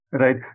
Right